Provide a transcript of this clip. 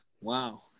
Wow